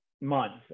months